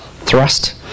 thrust